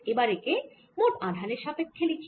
এবার একে মোট আধানের সাপেক্ষ্যে লিখি